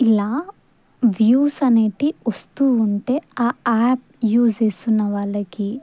ఇలా వ్యూస్ అనేటివి వస్తూ ఉంటే ఆ యాప్ యూస్ చేేస్తున్న వాళ్ళకి